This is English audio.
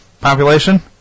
Population